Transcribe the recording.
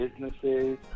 businesses